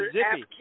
Zippy